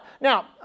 Now